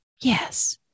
Yes